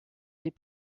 des